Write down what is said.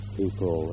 people